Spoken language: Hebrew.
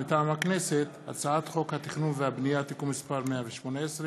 מטעם הכנסת: הצעת חוק התכנון והבנייה (תיקון מס' 118)